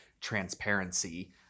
transparency